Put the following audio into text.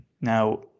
Now